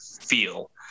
feel